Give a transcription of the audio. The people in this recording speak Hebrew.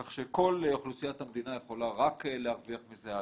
כך שכל אוכלוסיית המדינה יכולה רק להרוויח מזה.